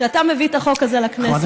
כי אתה מביא את החוק הזה לכנסת,